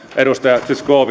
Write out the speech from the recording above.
edustaja zyskowiczille